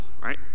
right